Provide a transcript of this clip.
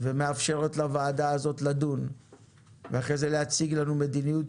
ומאפשרת לוועדה הזאת לדון ואחרי זה להציג לנו מדיניות